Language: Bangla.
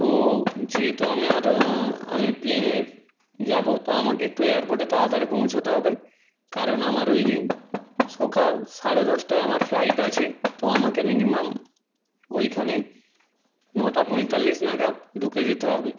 তো যেহেতু আমার আমি প্লেনে যাব তো আমাকে একটু এয়ারপোর্টে তাড়াতাড়ি পৌঁছাতে হবে কারণ আমার ওই দিন সকাল সাড়ে দশটায় আমার ফ্লাইট আছে তো আমাকে মিনিমাম ওইখানে নটা পঁয়তাল্লিশ নাগাদ ঢুকে যেতে হবে